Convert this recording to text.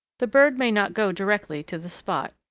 the bird may not go directly to the spot.